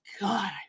god